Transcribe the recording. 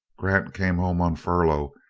grant came home on furlough,